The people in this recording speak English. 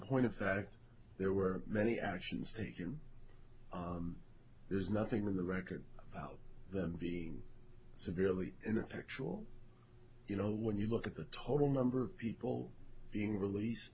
point of fact there were many actions taken there's nothing in the record about them being severely ineffectual you know when you look at the total number of people being released